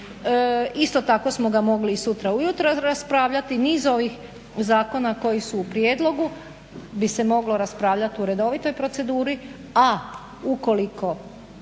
isto tako smo ga mogli i sutra ujutro raspravljati i niz ovih zakona koji su u prijedlogu bi se moglo raspravljat u redovitoj proceduri, a ukoliko